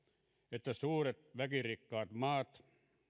että suuret väkirikkaat maat